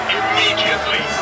immediately